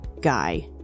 guy